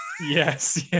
Yes